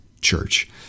church